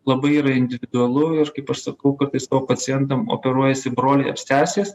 labai yra individualu ir kaip aš sakau kartais savo pacientam operuojasi broliai ar sesės